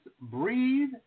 Breathe